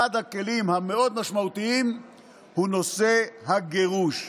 אחד הכלים המאוד-משמעותיים הוא נושא הגירוש.